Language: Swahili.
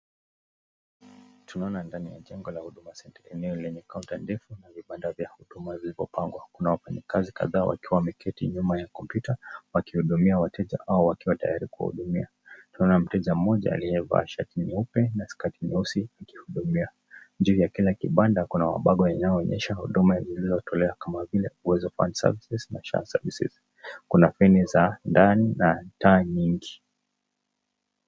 Tunaona ndani ya jengo la Huduma Centre. Eneo lenye kaunta ndefu na vibanda vya huduma vimepangwa. Kuna wafanyakazi kadhaa wakiwa wameketi nyuma ya kompyuta, wakihudumia wateja au wakiwa tayari kuwahudumia. Tunaona mteja mmoja aliyevaa shati nyeupe na skati nyeusi akihudumiwa. Juu ya kile kibanda kuna mabango yanaoonyesha huduma iliyotolewa kama vile uwezo fund services na SHA services . Kuna peni za ndani na taa nyingi.